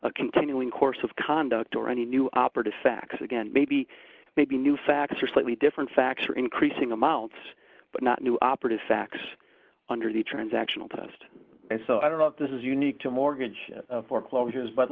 a continuing course of conduct or any new operative facts again maybe maybe new facts or slightly different facts or increasing amounts but not new operative facts under the transactional test and so i don't know if this is unique to mortgage foreclosures but